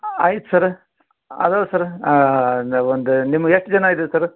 ಐತೆ ಸರ ಅದವೆ ಸರ ಒಂದು ನಿಮಗೆ ಎಷ್ಟು ಜನ ಇದಿರಿ ಸರ